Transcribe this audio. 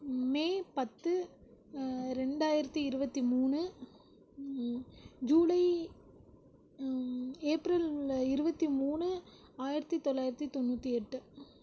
மே பத்து ரெண்டாயிரத்து இருபத்தி மூணு ஜூலை ஏப்ரல் இருபத்தி மூணு ஆயிரத்து தொள்ளாயிரத்து தொண்ணூற்றி எட்டு